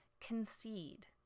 concede